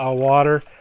ah water.